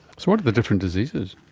sort of the different diseases?